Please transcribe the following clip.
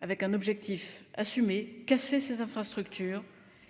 avec un objectif assumé : casser les infrastructures